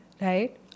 right